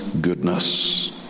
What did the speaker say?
goodness